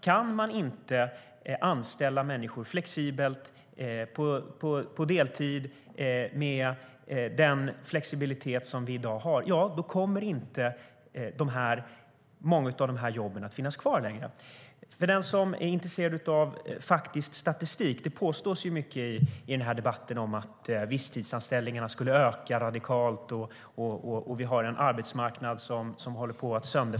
Kan man inte anställa människor på deltid med den flexibilitet som vi i dag har kommer många av de här jobben inte att finnas kvar. Det påstås mycket i den här debatten om att visstidsanställningarna skulle öka radikalt och att vi har en arbetsmarknad som håller på att falla sönder.